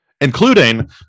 including